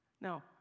Now